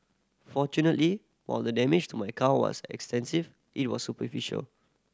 fortunately while the damage to my car was extensive it was superficial